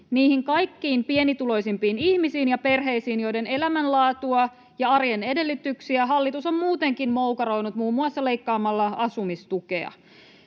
niihin kaikkein pienituloisimpiin ihmisiin ja perheisiin, joiden elämänlaatua ja arjen edellytyksiä hallitus on muutenkin moukaroinut muun muassa leikkaamalla asumistukea.